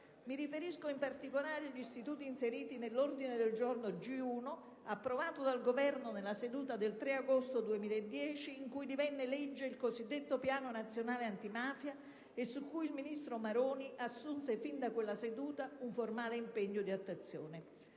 Mi riferisco in particolare agli istituti inseriti nell'ordine del giorno G1, approvato dal Governo nella seduta del 3 agosto 2010, in cui divenne legge il cosiddetto Piano nazionale antimafia e su cui il ministro Maroni assunse fin da quella seduta un formale impegno di attuazione.